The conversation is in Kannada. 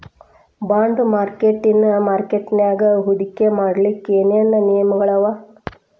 ಬಾಂಡ್ ಮಾರ್ಕೆಟಿನ್ ಮಾರ್ಕಟ್ಯಾಗ ಹೂಡ್ಕಿ ಮಾಡ್ಲೊಕ್ಕೆ ಏನೇನ್ ನಿಯಮಗಳವ?